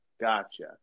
gotcha